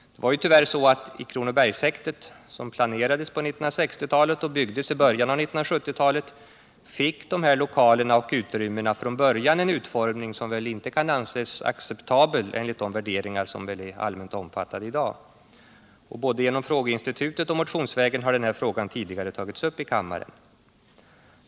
I Kronobergshäktet, som planerades på 1960-talet och byggdes i början av 1970-talet, fick tyvärr de här lokalerna och utrymmena från början en utformning som väl inte kan anses acceptabel enligt de värderingar som är allmänt omfattade i dag. Både genom frågeinstitutet och motionsvägen har frågan tidigare tagits upp i kammaren.